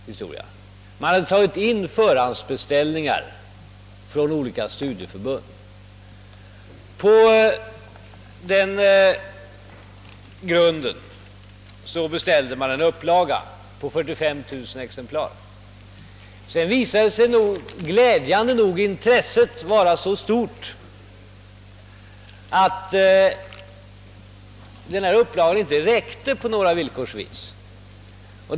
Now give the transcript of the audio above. Man hade tagit upp förhandsbeställningar från olika studieförbund. Med ledning av dem beställde man en upplaga på 45 000 exemplar. Sedan visade sig glädjande nog intresset vara så stort att upplagan inte räckte.